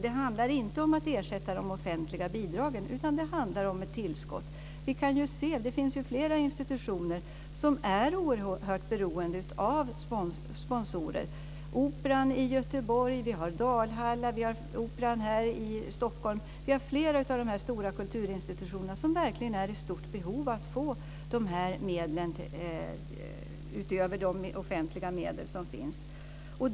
Det handlar alltså inte om att ersätta de offentliga bidragen, utan det handlar om ett tillskott. Det finns ju flera institutioner som är oerhört beroende av sponsorer. Operan i Göteborg, Dalhalla, Operan här i Stockholm och flera andra stora kulturinstitutioner är verkligen i stort behov av att få dessa medel, utöver de offentliga medlen.